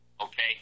okay